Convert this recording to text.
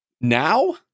now